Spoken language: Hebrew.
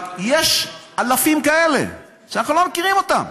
אבל יש אלפים כאלה, שאנחנו לא מכירים אותם,